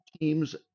teams